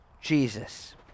Jesus